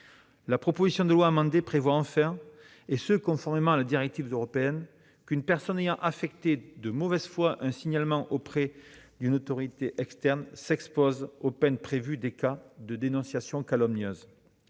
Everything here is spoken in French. La proposition de loi amendée prévoit enfin, conformément à la directive européenne, qu'une personne ayant effectué de mauvaise foi un signalement auprès d'une autorité externe s'expose aux peines prévues en cas de dénonciation calomnieuse.